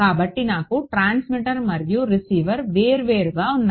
కాబట్టి నాకు Tx మరియు Rx వేర్వేరుగా ఉన్నాయి